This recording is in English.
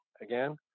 again